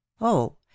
oh